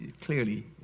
clearly